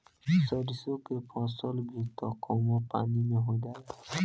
सरिसो के फसल भी त कमो पानी में हो जाला